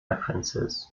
references